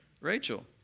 Rachel